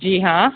जी हाँ